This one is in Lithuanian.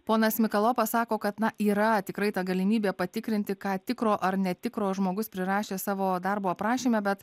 ponas mikalojau pasako kad na yra tikrai ta galimybė patikrinti ką tikro ar netikro žmogus prirašė savo darbo aprašyme bet